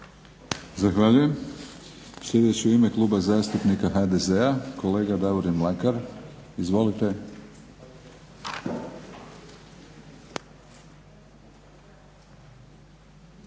Zahvaljujem. Sljedeći u ime Kluba zastupnika HDZ-a kolega Davorin Mlakar. Izvolite.